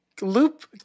loop